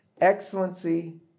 Excellency